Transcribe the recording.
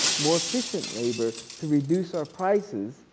more efficient labor to reduce our prices.